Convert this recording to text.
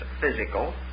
physical